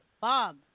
Bob